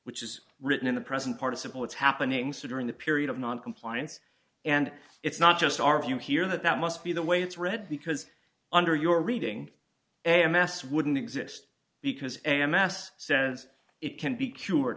which is written in the present participle is happening so during the period of noncompliance and it's not just our view here that that must be the way it's read because under your reading and mass wouldn't exist because a mass says it can be cured